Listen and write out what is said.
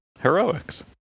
heroics